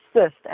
assist